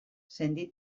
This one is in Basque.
sendi